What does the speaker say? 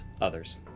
others